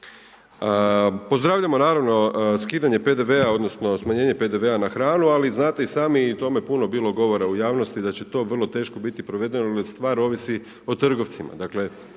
Pozdravljamo naravno skidanje PDV-a, odnosno smanjenje PDV-a na hranu ali znate i sami i o tome je puno bilo govora u javnosti da će to vrlo teško biti provedeno jer stvar ovisi o trgovcima,